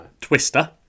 Twister